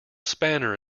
spanner